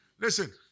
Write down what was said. Listen